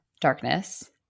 darkness